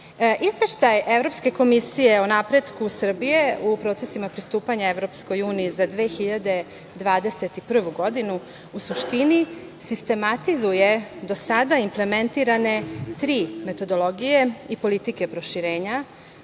Izveštaj Evropske komisije o napretku Srbije u procesima pristupanja EU za 2021. godinu, u suštini, sistematizuje do sada implementirane tri metodologije i politike proširenja.